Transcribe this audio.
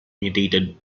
mutated